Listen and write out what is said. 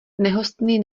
nehostný